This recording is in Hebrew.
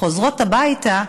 חוזרות הביתה,